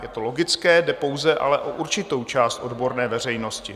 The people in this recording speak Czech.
Je to logické, jde pouze ale o určitou část odborné veřejnosti.